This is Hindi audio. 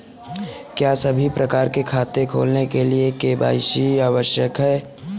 क्या सभी प्रकार के खाते खोलने के लिए के.वाई.सी आवश्यक है?